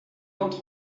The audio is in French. entre